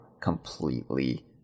completely